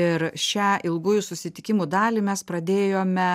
ir šią ilgųjų susitikimų dalį mes pradėjome